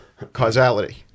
causality